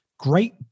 great